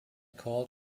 called